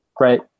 Right